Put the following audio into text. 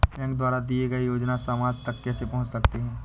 Bank द्वारा दिए गए योजनाएँ समाज तक कैसे पहुँच सकते हैं?